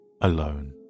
alone